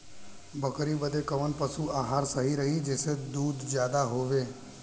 बकरी बदे कवन पशु आहार सही रही जेसे दूध ज्यादा होवे?